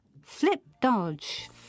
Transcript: flip-dodge